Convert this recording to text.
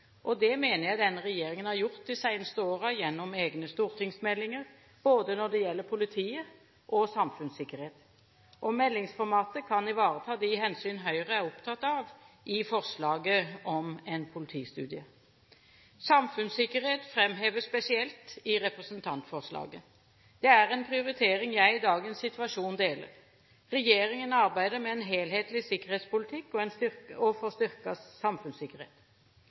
Det mener jeg denne regjeringen har gjort de seneste årene gjennom egne stortingsmeldinger, både når det gjelder politiet, og når det gjelder samfunnssikkerhet. Meldingsformatet kan ivareta de hensyn Høyre er opptatt av i forslaget om en politistudie. Samfunnssikkerhet framheves spesielt i representantforslaget. Det er en prioritering jeg i dagens situasjon deler. Regjeringen arbeider med en helhetlig sikkerhetspolitikk og